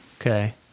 Okay